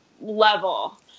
level